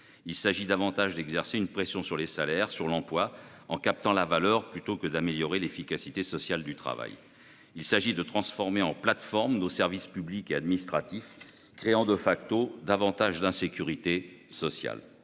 il s'agit d'exercer une pression sur les salaires et sur l'emploi, en captant la valeur, plutôt que d'améliorer l'efficacité sociale du travail. Il s'agit aussi de transformer en plateformes nos services publics et administratifs, créant davantage d'insécurité sociale.